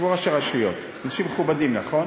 ישבו ראשי רשויות, אנשים מכובדים, נכון?